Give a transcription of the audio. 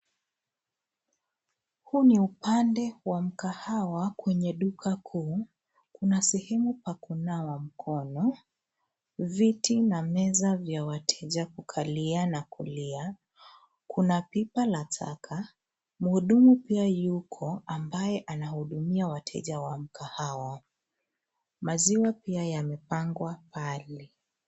Huu ni upande wa mkahawa kwenye duka kuu. Kuna sehemu pa kunawa mkono, viti na meza vya wateja kukalia na kulia. Kuna pipa la taka, mhudumu pia yuko ambaye anahudumia wateja wa mkahawa. Maziwa pia yamepangwa pale.